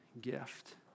gift